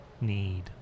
need